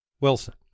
Wilson